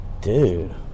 dude